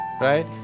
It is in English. right